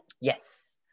yes